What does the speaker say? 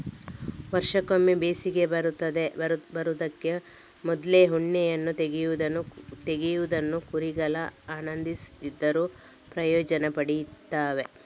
ವರ್ಷಕ್ಕೊಮ್ಮೆ ಬೇಸಿಗೆ ಬರುದಕ್ಕೆ ಮೊದ್ಲು ಉಣ್ಣೆಯನ್ನ ತೆಗೆಯುವುದನ್ನ ಕುರಿಗಳು ಆನಂದಿಸದಿದ್ರೂ ಪ್ರಯೋಜನ ಪಡೀತವೆ